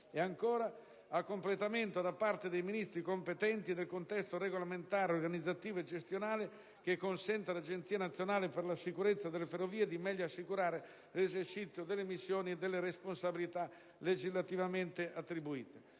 vorremmo il completamento da parte dei Ministeri competenti del contesto regolamentare, organizzativo e gestionale, che consenta all'Agenzia nazionale per la sicurezza delle ferrovie di meglio assicurare l'esercizio delle missioni e delle responsabilità ad essa legislativamente attribuite.